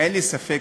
אין לי ספק